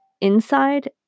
inside